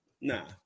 Nah